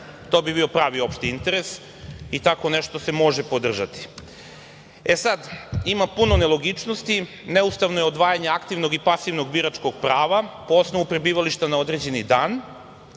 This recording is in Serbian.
To bi bio pravi opšti interes i tako nešto se može podržati. Ima puno nelogičnosti. Neustavno je odvajanje aktivnog i pasivnog biračkog prava po osnovu prebivališta na određeni dan.